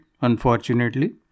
unfortunately